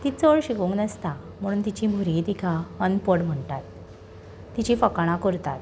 ती चड शिकूंक नासता म्हुणून तिचीं भुरगीं तिका अनपड म्हणटात तिचीं फकाणां करतात